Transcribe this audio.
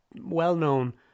well-known